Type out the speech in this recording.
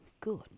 good